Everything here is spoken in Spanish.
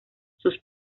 sus